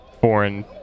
foreign